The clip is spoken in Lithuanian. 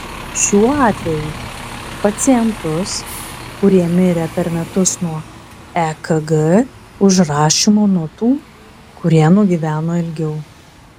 šiuo atveju pacientus kurie mirė per metus nuo ekg užrašymo nuo tų kurie nugyveno ilgiau